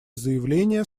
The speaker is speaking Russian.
заявление